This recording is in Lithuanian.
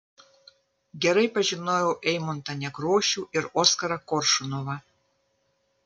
gerai pažinojau eimuntą nekrošių ir oskarą koršunovą